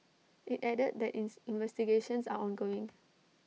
IT added that ins investigations are ongoing